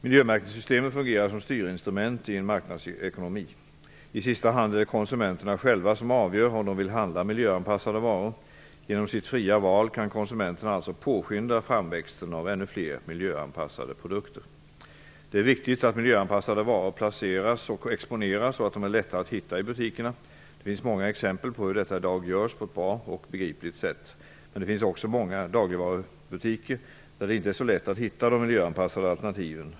Miljömärkningssystemen fungerar som styrinstrument i en marknadsekonomi. I sista hand är det konsumenterna själva som avgör om de vill handla miljöanpassade varor. Genom sitt fria val kan konsumenterna alltså påskynda framväxten av ännu fler miljöanpassade produkter. Det är viktigt att miljöanpassade varor placeras och exponeras så att de är lätta att hitta i butikerna. Det finns många exempel på hur detta i dag görs på ett bra och begripligt sätt. Men det finns också många dagligvarubutiker där det inte är så lätt att hitta de miljöanpassade alternativen.